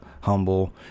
humble